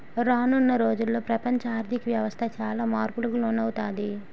రానున్న రోజుల్లో ప్రపంచ ఆర్ధిక వ్యవస్థ చాలా మార్పులకు లోనవుతాది